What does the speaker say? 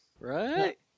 Right